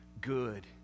good